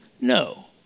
No